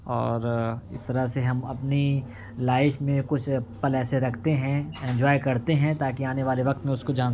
اور اس طرح سے ہم اپنی لائف میں کچھ پل ایسے رکھتے ہیں انجوائے کرتے ہیں تاکہ آنے والے وقت میں اس کو جان